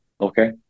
okay